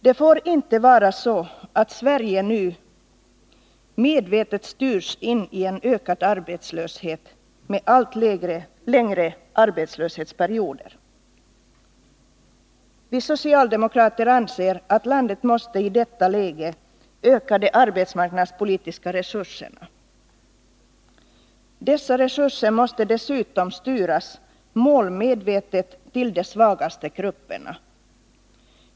Det får inte vara så att Sverige nu medvetet styrs in i en ökad arbetslöshet med allt längre arbetslöshetsperioder. Vi socialdemokrater anser att landet i detta läge måste öka de arbetsmarknadspolitiska resurserna. Dessa resurser måste dessutom målmedvetet styras till de svagaste grupperna.